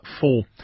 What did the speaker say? four